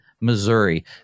Missouri